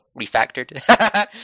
refactored